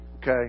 Okay